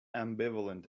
ambivalent